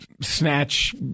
snatch